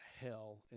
hell